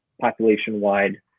population-wide